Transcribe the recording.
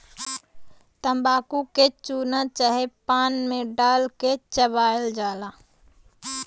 तम्बाकू के चूना चाहे पान मे डाल के चबायल जाला